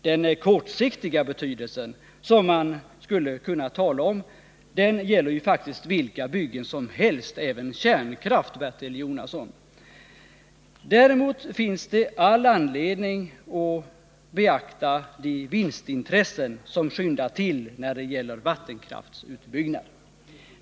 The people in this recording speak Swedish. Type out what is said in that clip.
Den kortsiktiga betydelse som man skulle kunna tala om gäller ju faktiskt vilka byggen som helst — även kärnkraft, Bertil Jonasson! Däremot finns det all anledning att beakta de vinstintressen som skyndar till när det gäller vattenkraftsutbyggnad.